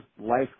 life